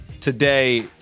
today